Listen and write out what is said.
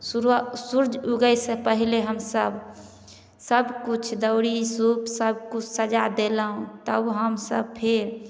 सुर सूर्ज उगै से पहिले हमसब सब किछु दौरी सूप सब किछु सजा देलहुॅं तब हमसब फेर